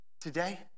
today